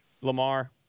Lamar